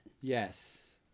Yes